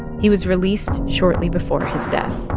he was released shortly before his death